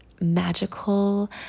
magical